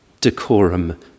Decorum